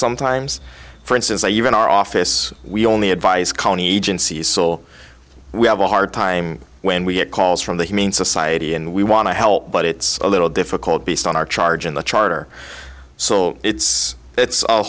sometimes for instance a year in our office we only advise county agencies saw we have a hard time when we get calls from the humane society and we want to help but it's a little difficult based on our charge in the charter so it's it's a